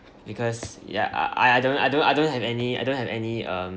because ya I I don't I don't I don't have any I don't have any uh